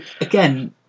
again